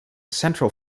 central